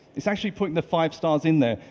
it's actually putting the five stars in there.